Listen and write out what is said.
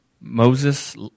Moses